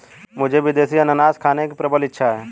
मुझे विदेशी अनन्नास खाने की प्रबल इच्छा है